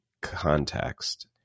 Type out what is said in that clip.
context